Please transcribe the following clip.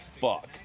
fuck